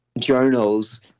journals